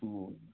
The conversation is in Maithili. ह्म्म